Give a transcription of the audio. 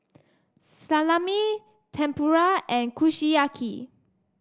Salami Tempura and Kushiyaki